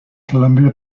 columbia